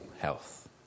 health